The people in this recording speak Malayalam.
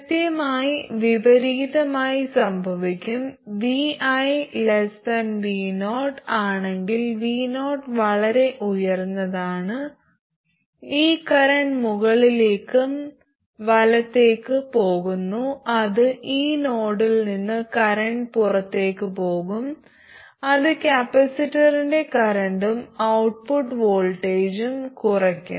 കൃത്യമായി വിപരീതമായി സംഭവിക്കും vi vo ആണെങ്കിൽ vo വളരെ ഉയർന്നതാണ് ഈ കറന്റ് മുകളിലേക്ക് വലത്തേക്ക് പോകുന്നു അത് ഈ നോഡിൽ നിന്ന് കറന്റ് പുറത്തേക്ക് പോകും അത് കപ്പാസിറ്ററിന്റെ കറന്റും ഔട്ട്പുട്ട് വോൾട്ടേജും കുറയ്ക്കും